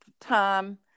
time